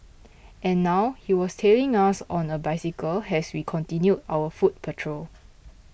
and now he was tailing us on a bicycle as we continued our foot patrol